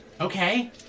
okay